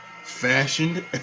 fashioned